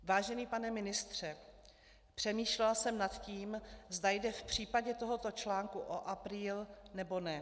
Vážený pane ministře, přemýšlela jsem nad tím, zda jde v případě tohoto článku o apríl, nebo ne.